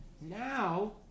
Now